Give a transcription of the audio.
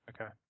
Okay